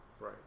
Right